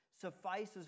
suffices